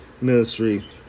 ministry